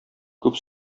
күп